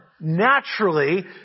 naturally